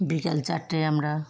বিকেল চারটেয় আমরা